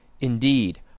Indeed